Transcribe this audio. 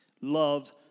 Love